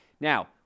Now